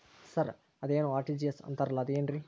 Sir ಅದೇನು RTGS ಅಂತಾರಲಾ ಅದು ಏನ್ರಿ?